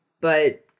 but-